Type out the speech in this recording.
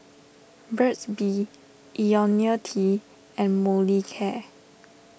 Burt's Bee Ionil T and Molicare